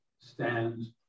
stands